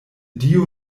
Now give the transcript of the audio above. dio